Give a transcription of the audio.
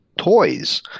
Toys